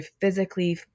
physically